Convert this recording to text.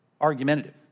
argumentative